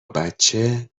بچه